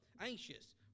anxious